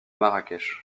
marrakech